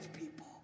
people